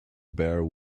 bare